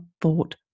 thought